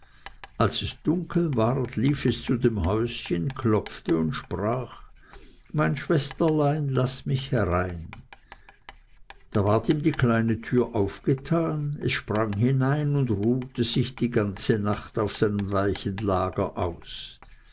als es dunkel ward lief es zu dem häuschen klopfte und sprach mein schwesterlein laß mich herein da ward ihm die kleine tür aufgetan es sprang hinein und ruhete sich die ganze nacht auf seinem weichen lager aus